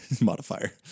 modifier